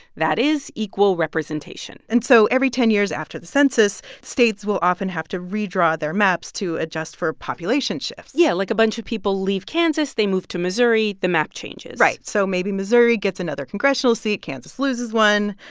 that is equal representation and so every ten years after the census, states will often have to redraw their maps to adjust for population shifts yeah, like a bunch of people leave kansas. they move to missouri. the map changes right. so maybe missouri gets another congressional seat. kansas loses one.